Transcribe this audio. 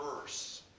verse